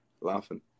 laughing